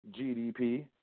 GDP